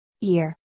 year